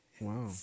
Wow